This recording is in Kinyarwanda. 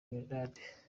grenade